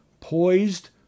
poised